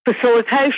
facilitation